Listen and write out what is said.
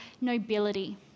nobility